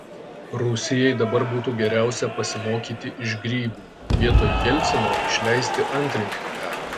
rusijai dabar būtų geriausia pasimokyti iš grybų vietoj jelcino išleisti antrininką